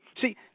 See